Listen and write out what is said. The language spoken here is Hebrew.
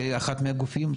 כאחד מהגופים.